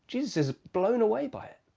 jesus is blown away by it.